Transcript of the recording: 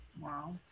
wow